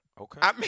okay